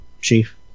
Chief